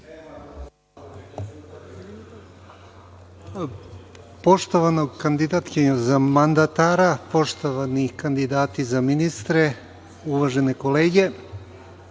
Poštovana kandidatkinjo za mandatara, poštovani kandidati za ministre, uvažene kolege,